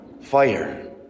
fire